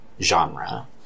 genre